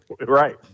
Right